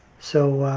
so